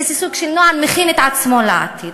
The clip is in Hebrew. איזה סוג של נוער מכין את עצמו לעתיד?